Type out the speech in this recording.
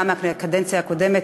גם מהקדנציה הקודמת,